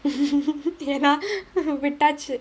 ya விட்டாச்சு:vittaachu